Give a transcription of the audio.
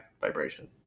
vibration